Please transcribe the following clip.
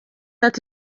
ati